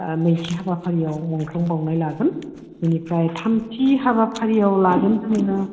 नैथि हाबाफारियाव मुंख्लं बाउनाय लागोन बेनिफ्राय थामथि हाबाफारियाव लागोन जोङो